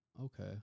Okay